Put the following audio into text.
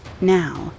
Now